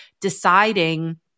deciding